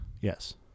Yes